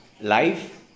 life